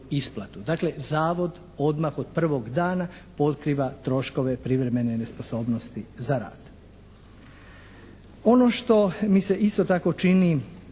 Dakle, Zavod odmah od prvog dana pokriva troškove privremene nesposobnosti za rad. Ono što mi se isto tako čini